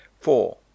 four